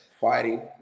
fighting